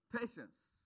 patience